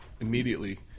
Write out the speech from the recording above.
immediately